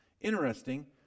Interesting